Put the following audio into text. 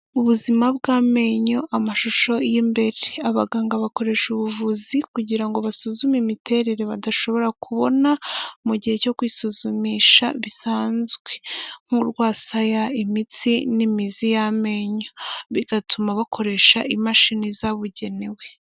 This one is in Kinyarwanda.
Ubuzima bw'amenyo amashusho y'mbege abaganga bakoresha ubuvuzi kugirango basuzume imiterere badashobora kubona mu mugihe cyo kwisuzumisha bisanzwe, nk'urwasaya imitsi n'imizi y'amenyo bigatuma bakoresha imashini zabugenewe.